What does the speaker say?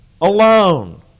alone